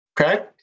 Okay